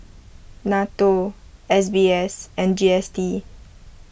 Nato S B S and G S T